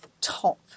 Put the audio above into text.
top